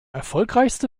erfolgreichste